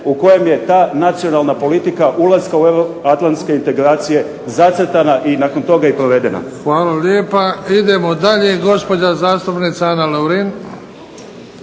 u kojem je ta nacionalna politika ulaska u euroatlantske integracije zacrtana i nakon toga i provedena. **Bebić, Luka (HDZ)** Hvala lijepa. Idemo dalje, gospođa zastupnica Ana Lovrin.